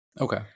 Okay